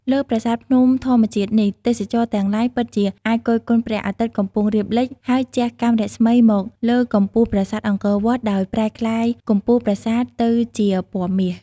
លើប្រាសាទភ្នំធម្មជាតិនេះ ទេសចរទាំងឡាយពិតជាអាចគយគន់ព្រះអាទិត្យកំពុងរៀបលិច ហើយជះកាំរស្មីមកលើកំពូលប្រាសាទអង្គរវត្តដោយប្រែក្លាយកំពូលប្រាសាទទៅជាពណ៌មាស។